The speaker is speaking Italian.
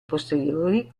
posteriori